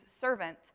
servant